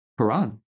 Quran